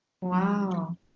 Wow